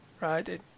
right